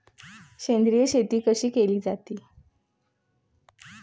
सेंद्रिय शेती कशी केली जाते?